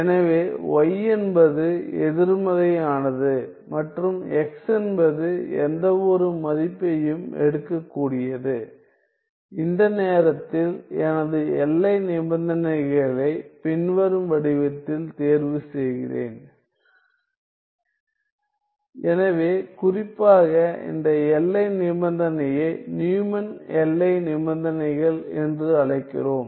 எனவே y என்பது எதிர்மறையானது மற்றும் x என்பது எந்தவொரு மதிப்பையும் எடுக்கக் கூடியது இந்த நேரத்தில் எனது எல்லை நிபந்தனைகளை பின்வரும் வடிவத்தில் தேர்வு செய்கிறேன் எனவே குறிப்பாக இந்த எல்லை நிபந்தனையை நியூமன் எல்லை நிபந்தனைகள் என்று அழைக்கிறோம்